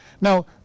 Now